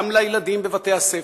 גם לילדים בבתי-הספר,